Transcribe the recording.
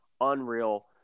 unreal